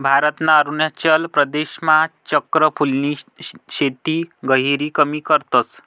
भारतना अरुणाचल प्रदेशमा चक्र फूलनी शेती गहिरी कमी करतस